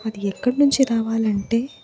అది ఎక్కడి నుంచి రావాలంటే